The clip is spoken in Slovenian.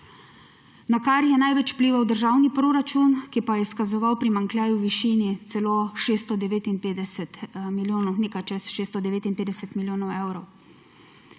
na kar je največ vplival državni proračun, ki je pa izkazoval primanjkljaj v višini celo 659 milijonov, nekaj čez 659 milijonov evrov.